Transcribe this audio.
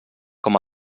com